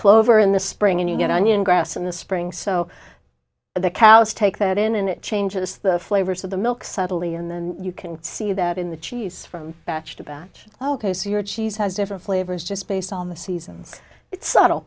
clover in the spring and you get onion grass in the spring so the cows take that in and it changes the flavors of the milk subtly and then you can see that in the cheese from batched batch ok so your cheese has different flavors just based on the seasons it's subtle